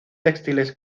textiles